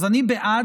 אז הוא מבהיר.